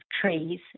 trees